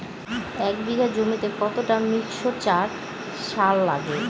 এক বিঘা জমিতে কতটা মিক্সচার সার লাগে?